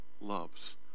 loves